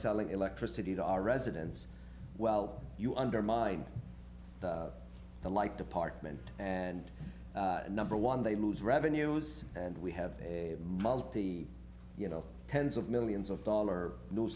selling electricity to our residents well you undermine the like department and number one they lose revenue and we have a multi you know tens of millions of dollar new